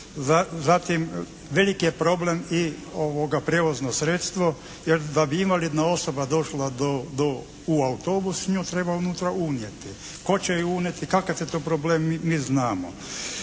Zatim veliki je problem i prijevozno sredstvo jer da bi invalidna osoba osoba došla do, do, u autobus nju treba unutra unijeti. Tko će ju unijeti, kakav je to problem mi znamo.